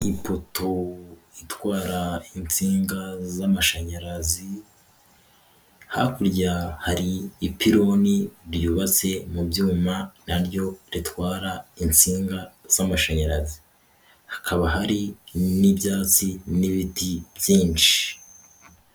Ipoto itwara insinga z'amashanyarazi, hakurya hari ipironi ryubatse mu byuma na ryo ritwara insinga z'amashanyarazi, hakaba hari n'ibyatsi n'ibiti byinshi.